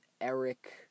Eric